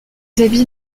habits